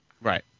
Right